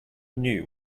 knew